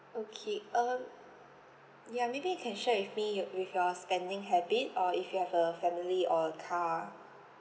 okay um ya maybe you can share with me your with your spending habit or if you have a family or a car